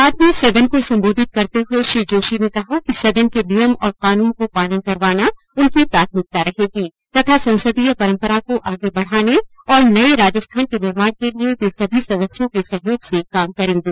बाद में सदन को संबोधित करते हुए श्री जोशी ने कहा कि सदन के नियम और कानून को पालन करवाना उनकी प्राथमिकता रहेगी तथा संसदीय परम्परा को आगे बढाने और नये राजस्थान के निर्माण के लिये वे सभी सदस्यों के सहयोग से काम करेंगे